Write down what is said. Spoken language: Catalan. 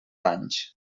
anys